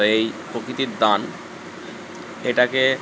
এই প্রকৃতির দান এটাকে